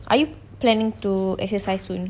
are you planning to exercise soon